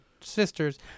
sisters